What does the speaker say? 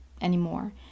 anymore